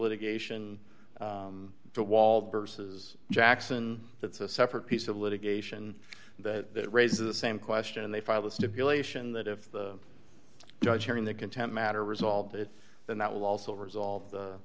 litigation the wall versus jackson that's a separate piece of litigation that raises the same question and they file the stipulation that if the judge hearing the content matter resolved it then that will also resolve